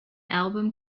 album